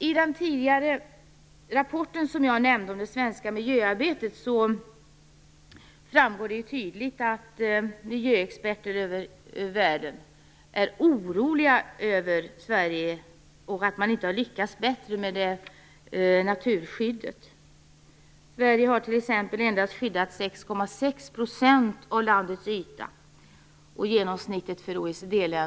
I den rapport om det svenska miljöarbetet som jag tidigare nämnde framgår det tydligt att miljöexperter världen över är oroliga över Sverige och att man inte har lyckats bättre med naturskyddet. Sverige har t.ex. endast skyddat 6,6 % av landets yta.